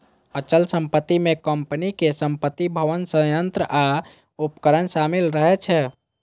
अचल संपत्ति मे कंपनीक संपत्ति, भवन, संयंत्र आ उपकरण शामिल रहै छै